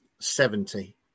seventy